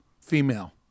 female